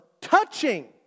touching